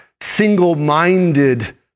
single-minded